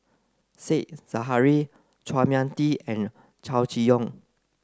Said Zahari Chua Mia Tee and Chow Chee Yong